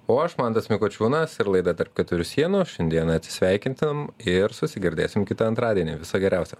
o aš mantas mikučiūnas ir laida tarp keturių sienų šiandien atsisveikinam ir susigirdėsim kitą antradienį viso geriausio